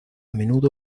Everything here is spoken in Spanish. menudo